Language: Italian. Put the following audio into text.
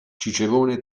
cicerone